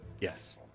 Yes